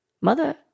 Mother